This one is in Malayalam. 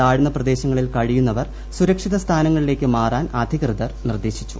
താഴ്ന്ന പ്രദേശങ്ങളിൽ കഴിയുന്നവർ സുരക്ഷിത സ്ഥാനങ്ങളിലേക്ക് മാറാൻ അധികൃതർ നിർദ്ദേശിച്ചു